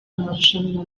amarushanwa